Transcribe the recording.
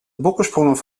bokkensprongen